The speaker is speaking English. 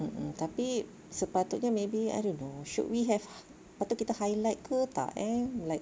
mm mm tapi sepatutnya maybe I don't know should we have patut kita highlight ke tak eh like